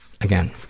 again